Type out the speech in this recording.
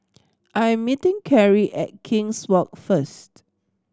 I am meeting Carrie at King's Walk first